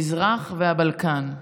המזרח והבלקן.